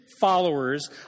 followers